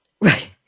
Right